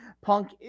Punk